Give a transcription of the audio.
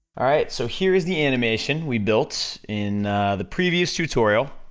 alright, so here is the animation we built in the previous tutorial,